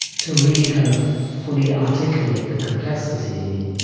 to really kind of fully articulate the complexity